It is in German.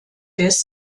des